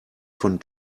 von